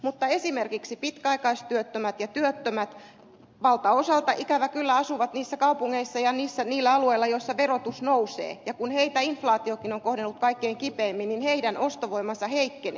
mutta esimerkiksi pitkäaikaistyöttömät ja työttömät valtaosalta ikävä kyllä asuvat niissä kaupungeissa ja niillä alueilla joilla verotus nousee ja kun heitä inflaatiokin on kohdellut kaikkein kipeimmin niin heidän ostovoimansa heikkenee